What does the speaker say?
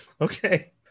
Okay